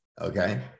Okay